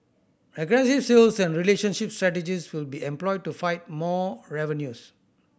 aggressive sales and relationship strategies will be employed to fight more revenues